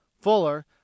Fuller